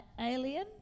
Alien